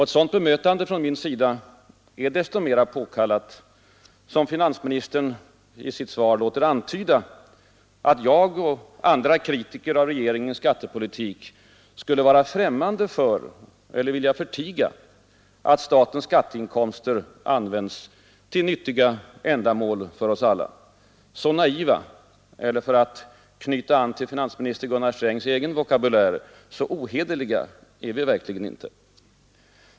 Ett sådant bemötande från min sida är desto mer påkallat som finansministern i sitt svar låter antyda att jag — och andra kritiker av regeringens skattepolitik — skulle vara främmande för eller . vilja förtiga att statens skatteinkomster används till för oss alla nyttiga ändamål. Så naiva — eller för att knyta an till finansministerns egen vokabulär — så ohederliga är vi verkligen inte.